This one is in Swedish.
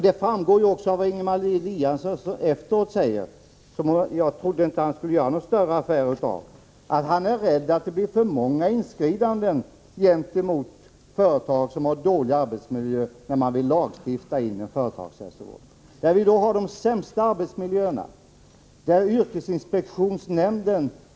Det framgår också av det Ingemar Eliasson säger efteråt, vilket jag inte trodde att han skulle göra någon större affär av, att han är rädd att det blir för många inskridanden gentemot företag som har dålig arbetsmiljö när man vill lagstifta in en företagshälsovård.